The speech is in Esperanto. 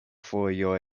fojo